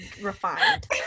refined